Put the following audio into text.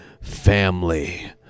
family